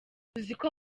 uziko